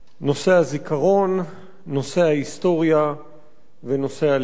נושא הזיכרון, נושא ההיסטוריה ונושא הלקח.